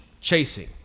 chasing